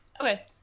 Okay